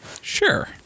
Sure